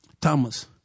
Thomas